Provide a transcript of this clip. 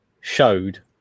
showed